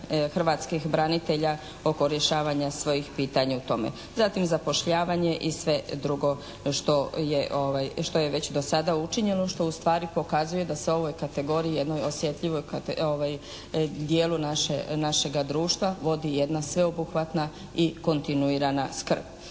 hrvatskih branitelja oko rješavanja svojih pitanja u tome. Zatim, zapošljavanje i sve drugo što je već do sada učinjeno, što ustvari pokazuje da se ovoj kategoriji, jednoj osjetljivoj dijelu našega društva, vodi jedna sveobuhvatna i kontinuirana skrb.